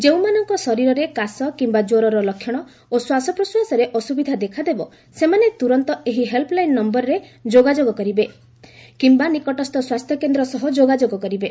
ଯେଉଁମାନଙ୍କ ଶରୀରରେ କାଶ କିୟା କ୍ୱରର ଲକ୍ଷଣ ଓ ଶ୍ୱାସପ୍ରଶ୍ୱାସରେ ଅସୁବିଧା ଦେଖାଦେବ ସେମାନେ ତୁରନ୍ତ ଏହି ହେଲ୍ଟଲାଇନ୍ ନୟରରେ ଯୋଗାଯୋଗ କରିବେ କିମ୍ବା ନିକଟସ୍ଥ ସ୍ୱାସ୍ଥ୍ୟ କେନ୍ଦ୍ର ସହ ଯୋଗାଯୋଗ କରିବେ